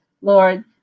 Lord